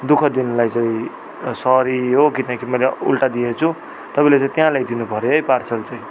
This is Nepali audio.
दुःख दिनुलाई चाहिँ सरी हो किनकि मैले उल्टा दिएछु तपाईँले चाहिँ त्यहाँ ल्याइदिनु पऱ्यो है पार्सल चाहिँ